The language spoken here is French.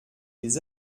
les